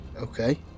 Okay